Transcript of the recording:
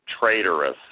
traitorous